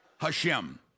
Hashem